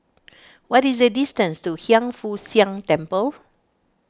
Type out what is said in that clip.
what is the distance to Hiang Foo Siang Temple